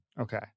Okay